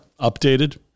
Updated